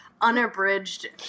unabridged